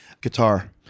Guitar